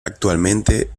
actualmente